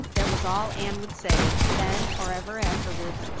that was all anne would say, then or ever afterwards,